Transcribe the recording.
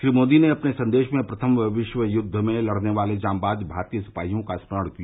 श्री मोदी ने अपने संदेश में प्रथम विश्व युद्ध में लड़ने वाले जाबाज भारतीय सिपाहियों का स्मरण किया